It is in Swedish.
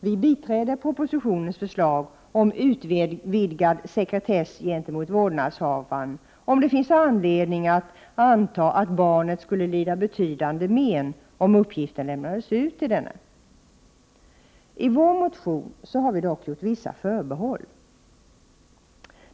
Vi biträder propositionens förslag om utvidgad sekretess gentemot vårdnadshavaren om det finns anledning att anta att barnet skulle lida betydande men om uppgiften lämnades ut till denne. 109 I vår motion har vi dock gjort vissa förbehåll.